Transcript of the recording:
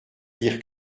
dire